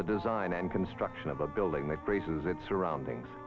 the design and construction of a building that traces its surroundings